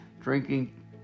drinking